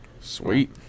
Sweet